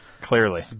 clearly